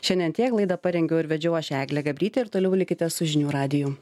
šiandien tiek laidą parengiau ir vedžiau aš eglė gabrytė ir toliau likite su žinių radiju